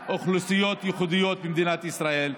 אוכלוסיות ייחודיות במדינת ישראל.